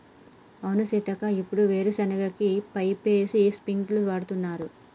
అవును సీతక్క ఇప్పుడు వీరు సెనగ కి పైపేసి స్ప్రింకిల్స్ వాడుతున్నారు